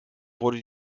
wurde